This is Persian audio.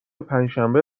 پنجشنبه